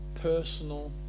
personal